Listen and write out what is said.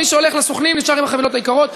מי שהולך לסוכנים נשאר עם החבילות היקרות.